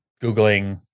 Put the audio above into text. Googling